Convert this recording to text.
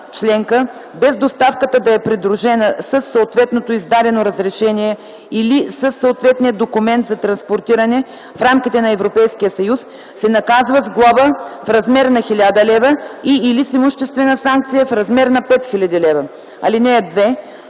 членка, без доставката да е придружена със съответното издадено разрешение или със съответния документ за транспортиране в рамките на Европейския съюз, се наказва с глоба в размер на 1 000 лв. и/или с имуществена санкция в размер на 5 000 лв. (2) При